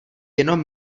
jenom